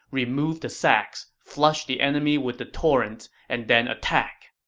remove the sacks, flush the enemy with the torrents, and then attack.